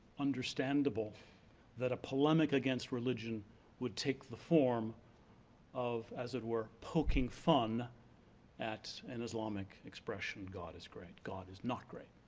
understandable that a polemic against religion would take the form of, as it were, poking fun at an islamic expression god is great, god is not great.